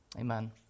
amen